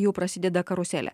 jau prasideda karuselė